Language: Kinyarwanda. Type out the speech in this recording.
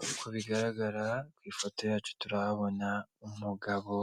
Uko bigaragara ku ifoto yacu turahabona umugabo